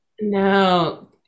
no